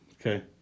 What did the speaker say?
Okay